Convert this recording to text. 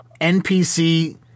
NPC